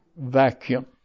vacuum